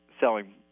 selling